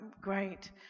great